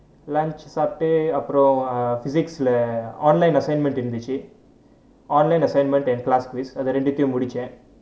lunch சாப்பிட்டு அப்புறம்:saapittu appuram err physics leh online assignment இருந்துச்சு:irunthuchu online assignment and class quiz அது இரண்டுத்தையும் முடிச்சேன்:athu renduthaiyum mudichaen